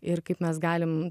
ir kaip mes galim